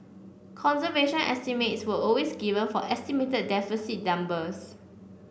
conservation estimates were always given for estimated deficit numbers